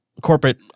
corporate